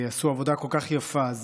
עשו עבודה כל כך יפה.